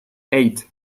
eight